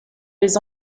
les